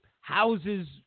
houses